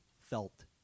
felt